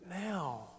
now